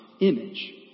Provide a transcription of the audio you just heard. image